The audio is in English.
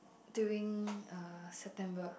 during uh September